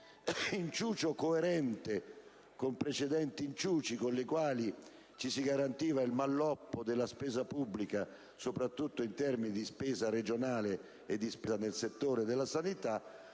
inciucio, coerente con precedenti inciuci con i quali ci si garantiva il malloppo della spesa pubblica, soprattutto in termini di spesa regionale e di spesa nel settore della sanità.